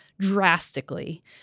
Drastically